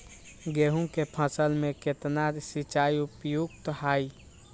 गेंहू के फसल में केतना सिंचाई उपयुक्त हाइ?